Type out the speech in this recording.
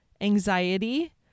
anxiety